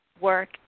work